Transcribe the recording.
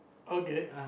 okay